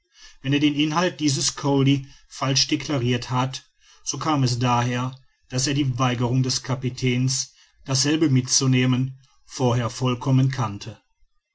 wenn er den inhalt dieses colli falsch declarirt hatte so kam es daher daß er die weigerung des kapitäns dasselbe mitzunehmen vorher vollkommen kannte